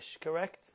correct